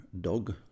dog